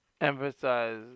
emphasize